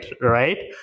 Right